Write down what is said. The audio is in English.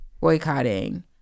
boycotting